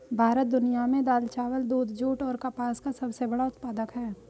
भारत दुनिया में दाल, चावल, दूध, जूट और कपास का सबसे बड़ा उत्पादक है